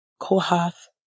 Kohath